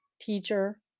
teacher